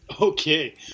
Okay